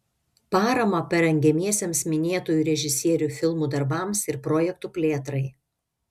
paramą parengiamiesiems minėtųjų režisierių filmų darbams ir projektų plėtrai